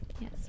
Yes